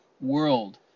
world